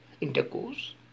intercourse